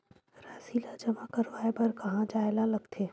राशि ला जमा करवाय बर कहां जाए ला लगथे